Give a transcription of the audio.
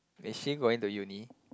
is she going to uni